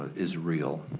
is real.